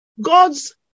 God's